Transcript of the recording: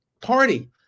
party